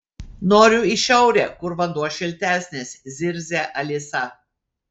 noriu į šiaurę kur vanduo šiltesnis zirzia alisa